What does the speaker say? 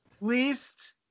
least